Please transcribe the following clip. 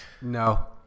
No